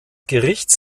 gerichts